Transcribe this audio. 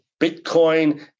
Bitcoin